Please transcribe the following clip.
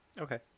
okay